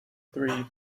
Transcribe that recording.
three